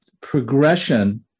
progression